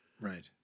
Right